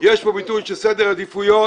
יש פה ביטוי של סדר עדיפויות,